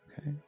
Okay